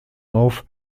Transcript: auf